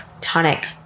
tonic